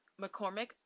McCormick